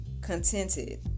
contented